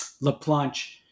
Laplanche